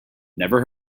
never